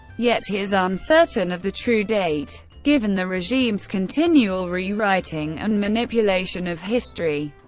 yet he is uncertain of the true date, given the regime's continual rewriting and manipulation of history.